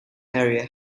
area